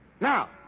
Now